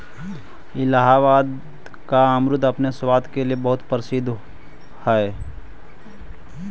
इलाहाबाद का अमरुद अपने स्वाद के लिए बहुत प्रसिद्ध हई